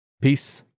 Peace